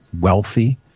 wealthy